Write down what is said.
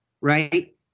right